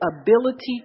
ability